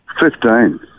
Fifteen